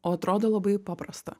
o atrodo labai paprasta